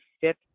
fit